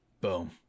Boom